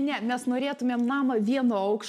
ne mes norėtumėm namą vieno aukš